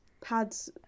pads